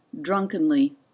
drunkenly